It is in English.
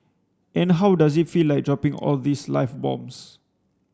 and how does it feel like dropping all these live bombs